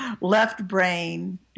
left-brain